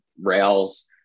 rails